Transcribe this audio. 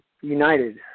united